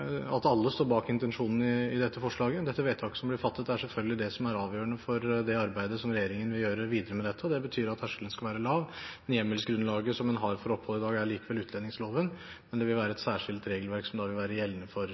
i dette forslaget. Det vedtaket som blir fattet, er selvfølgelig avgjørende for det arbeidet som regjeringen vil gjøre videre med dette, og det betyr at terskelen skal være lav. Hjemmelsgrunnlaget som en har for opphold i dag, er likevel utlendingsloven, men det vil være et særskilt regelverk som vil være gjeldende for